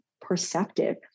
perceptive